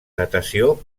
datació